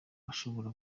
ashobora